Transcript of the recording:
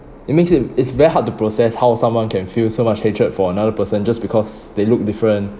it makes it it's very hard to process how someone can feel so much hatred for another person just because they look different